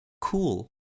cool